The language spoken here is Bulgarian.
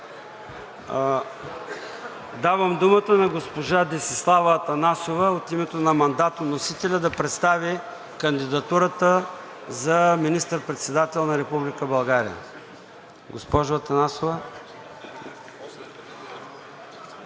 Давам думата на госпожа Десислава Атанасова от името на мандатоносителя да представи кандидатурата за министър-председател на Република България. Госпожо Атанасова,